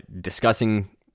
discussing